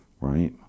right